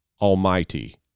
Almighty